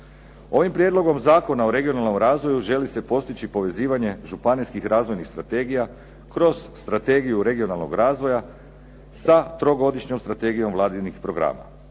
Ovim Prijedlogom zakona o regionalnom razvoju želi se postići povezivanje županijskih razvojnih strategija kroz strategiju regionalnog razvoja sa trogodišnjom strategijom vladinih programa.